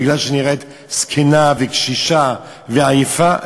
בגלל שהיא נראית זקנה וקשישה ועייפה,